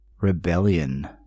Rebellion